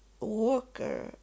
Walker